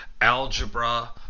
algebra